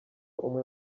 umwe